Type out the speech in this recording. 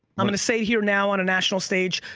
i'm gonna say it here now on a national stage,